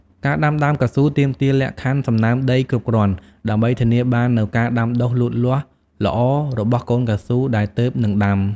ការដាំដើមកៅស៊ូទាមទារលក្ខខណ្ឌសំណើមដីគ្រប់គ្រាន់ ដើម្បីធានាបាននូវការដុះលូតលាស់ល្អរបស់កូនកៅស៊ូដែលទើបនឹងដាំ។